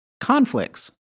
conflicts